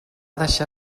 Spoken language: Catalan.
deixar